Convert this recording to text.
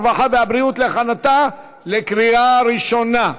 הרווחה והבריאות להכנתה לקריאה ראשונה.